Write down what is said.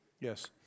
Yes